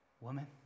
woman